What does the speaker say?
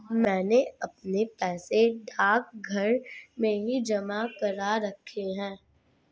मैंने अपने पैसे डाकघर में ही जमा करा रखे हैं